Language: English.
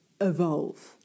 evolve